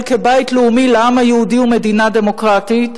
כבית לאומי לעם היהודי ומדינה דמוקרטית.